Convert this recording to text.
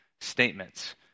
statements